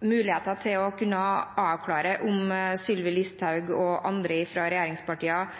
mulighet til å kunne avklare om Sylvi Listhaug og andre